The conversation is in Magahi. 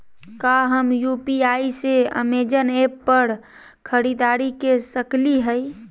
का हम यू.पी.आई से अमेजन ऐप पर खरीदारी के सकली हई?